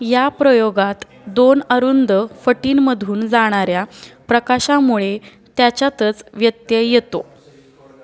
या प्रयोगात दोन अरुंद फटींमधून जाणाऱ्या प्रकाशामुळे त्याच्यातच व्यत्यय येतो